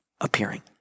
appearing